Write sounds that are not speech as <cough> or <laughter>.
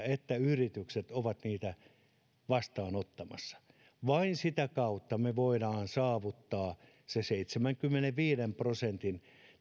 <unintelligible> että yritykset ovat niitä vastaanottamassa vain sitä kautta me voimme saavuttaa sen seitsemänkymmenenviiden prosentin